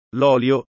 l'olio